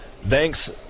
thanks